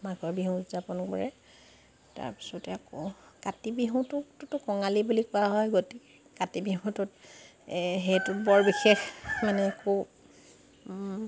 মাঘৰ বিহু উদযাপনো কৰে তাৰপিছতে আকৌ কাতি বিহুটোতো কঙালী বুলি কোৱা হয় গতিকে কাতি বিহুটোত সেইটোত বৰ বিশেষ মানে একো